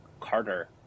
Carter